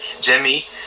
Jimmy